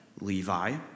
Levi